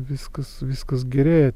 viskas viskas gerėja